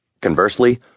Conversely